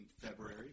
February